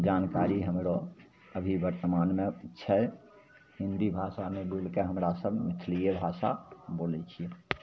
जानकारी हमरो अभी वर्तमानमे छै हिन्दी भाषामे भुलिके हमरासभ मैथिलिए भाषा बोलै छिए